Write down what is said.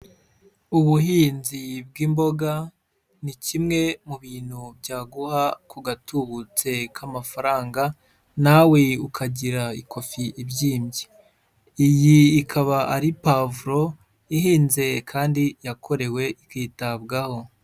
Ubuhinzi bw'imboga ni kimwe mu bintu byaguha ku gatubutse k'amafaranga, nawe ukagira ikofi ibyimbye, iyi ikaba ari pavuro ihenze kandi yakorewe ikitabwaho.